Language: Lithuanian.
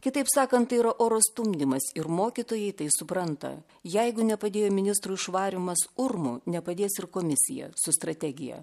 kitaip sakant tai yra oro stumdymas ir mokytojai tai supranta jeigu nepadėjo ministrų išvarymas urmu nepadės ir komisija su strategija